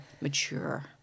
mature